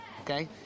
okay